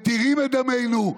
מתירים את דמנו.